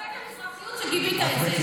מבזה את המזרחיות שגיבית את זה.